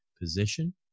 position